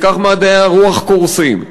וכך מדעי הרוח קורסים,